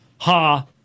Ha